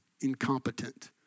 incompetent